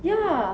ya